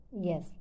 Yes